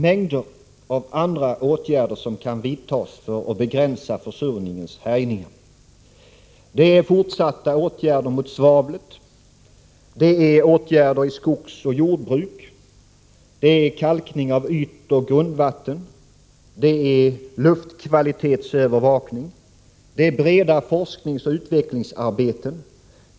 Mängder av andra åtgärder kan vidtas för att begränsa försurningens härjningar. Det är fortsatta åtgärder mot svavlet. Det är åtgärder i skogsoch jordbruk. Det är kalkning av ytoch grundvatten. Det är luftkvalitetsövervakning. Det är breda forskningsoch utvecklingsarbeten.